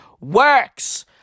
works